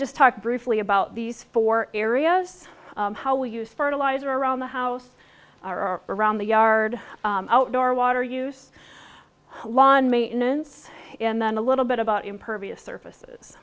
just talk briefly about these four areas how we use fertilizer around the house are around the yard outdoor water use lawn maintenance and then a little bit about impervious surfaces